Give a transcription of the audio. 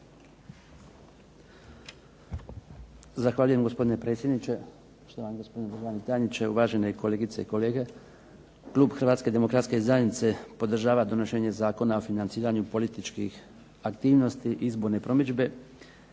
Zahvaljujem, gospodine predsjedniče. Poštovani gospodine državni tajniče, uvažene kolegice i kolege. Klub Hrvatske demokratske zajednice podržava donošenje Zakona o financiranju političkih aktivnosti izborne promidžbe